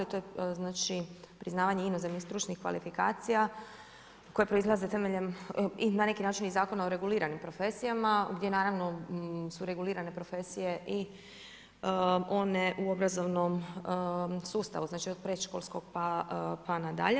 To je znači priznavanje inozemnih stručnih kvalifikacija koje proizlaze temeljem i na neki način iz Zakona o reguliranim profesijama, gdje naravno su regulirane profesije i one u obrazovnom sustavu, znači od predškolskog, pa na dalje.